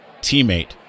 teammate